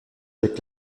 avec